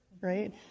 right